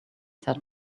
said